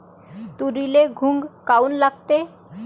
तुरीले घुंग काऊन लागते?